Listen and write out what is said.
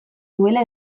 nuela